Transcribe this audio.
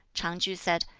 ch'ang-tsu said,